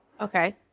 Okay